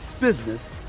business